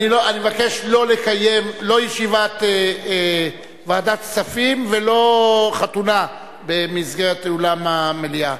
אני מבקש שלא לקיים לא ישיבת ועדת כספים ולא חתונה באולם המליאה.